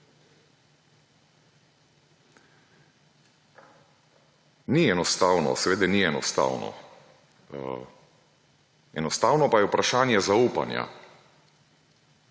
Ni enostavno, seveda ni enostavno. Enostavno pa je vprašanje zaupanja.